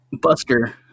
Buster